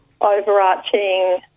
overarching